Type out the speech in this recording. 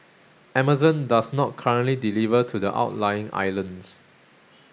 Amazon does not currently deliver to the outlying islands